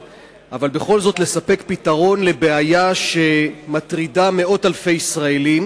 אבל בכל זאת לספק פתרון לבעיה שמטרידה מאות אלפי ישראלים